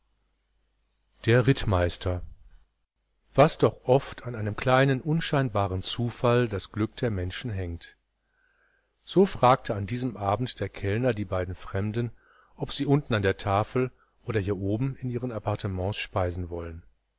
der rittmeister was doch oft an einem kleinen unscheinbaren zufall das glück der menschen hängt so fragte an diesem abend der kellner die beiden fremden ob sie unten an der tafel oder hier oben in ihren appartements speisen wollen